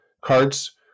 Cards